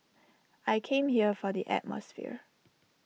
I came here for the atmosphere